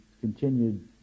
continued